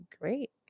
great